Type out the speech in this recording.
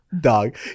dog